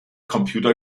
computer